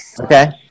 okay